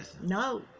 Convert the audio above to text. No